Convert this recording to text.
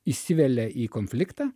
įsivelia į konfliktą